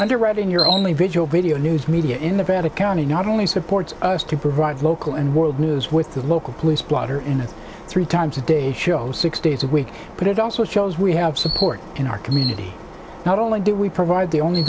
underwriting your only visual video news media in the bad accounting not only supports us to provide local and world news with the local police blotter in it three times a day shows six days a week but it also shows we have support in our community not only do we provide the only